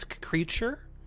creature